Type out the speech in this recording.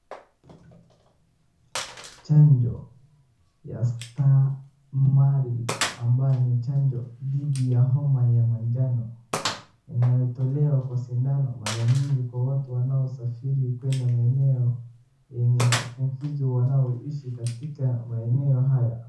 Chanjo ya Stamaril ambayo ni chanjo dhidi ya homa ya majano inayotolewa kwa sindano mara nyingi kwa watu wanaosafiri kuenda maeneo yenye maambukizi wanaoishi katika maeneo haya.